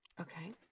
Okay